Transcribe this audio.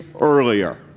earlier